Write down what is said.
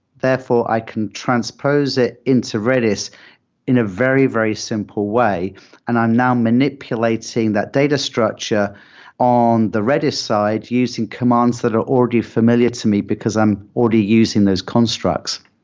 therefore, i can transpose it into redis in a very, very simple way and i'm now manipulating that data structure on the redis side using commands that are already familiar to me because i'm already using those constructs.